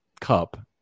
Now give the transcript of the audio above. cup